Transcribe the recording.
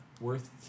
worth